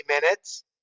minutes